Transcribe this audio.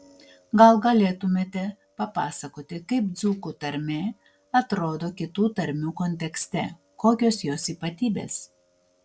gal galėtumėte papasakoti kaip dzūkų tarmė atrodo kitų tarmių kontekste kokios jos ypatybės